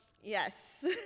yes